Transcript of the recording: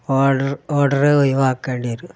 order order ഒഴിവാക്കേണ്ടി വരും